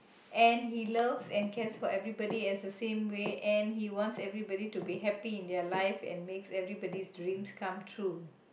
and he loves and cares for everybody as the same way and he wants everybody to be happy in their life and makes everybody's dreams come true